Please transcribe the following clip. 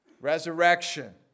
resurrection